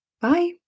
Bye